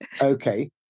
Okay